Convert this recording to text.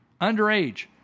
underage